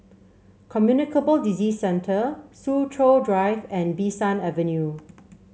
Communicable Disease Centre Soo Chow Drive and Bee San Avenue